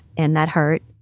and that hurt.